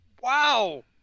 wow